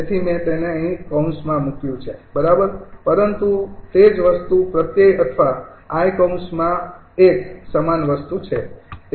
તેથી મેં તેને અહીં કૌંસમાં મૂક્યું છે બરાબર પરંતુ તે જ વસ્તુ પ્રત્યય અથવા 𝐼 કૌંસમાં ૧ સમાન વસ્તુ છે